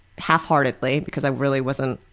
half-heartedly because i really wasn't,